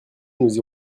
nous